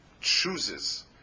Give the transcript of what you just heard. chooses